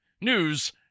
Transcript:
news